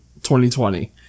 2020